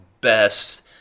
best